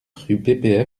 rue